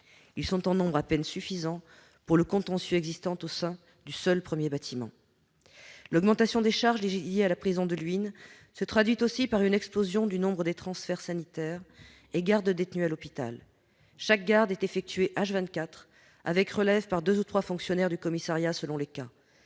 sont en nombre à peine suffisant pour le contentieux existant au sein du seul premier bâtiment. L'augmentation des charges liées à la prison de Luynes se traduit aussi par une explosion du nombre des transferts sanitaires et gardes de détenus à l'hôpital. Chaque garde est effectuée, vingt-quatre heures sur vingt-quatre, avec relève par deux ou trois fonctionnaires du commissariat selon les cas.